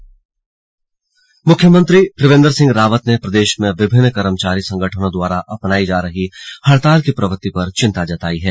slug हड़ताल CM मुख्यमंत्री त्रिवेन्द्र सिंह रावत ने प्रदेश में विभिन्न कर्मचारी संगठनों द्वारा अपनायी जा रही हड़ताल की प्रवृति पर चिन्ता जताई है